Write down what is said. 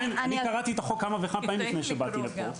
אני קראתי את החוק כמה וכמה פעמים לפני שבאתי לפה.